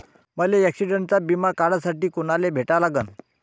मले ॲक्सिडंटचा बिमा काढासाठी कुनाले भेटा लागन?